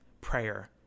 prayer